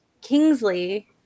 Kingsley